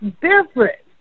different